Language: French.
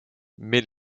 mais